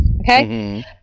okay